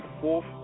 fourth